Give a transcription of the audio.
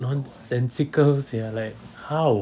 nonsensical sia like how